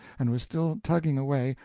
and was still tugging away,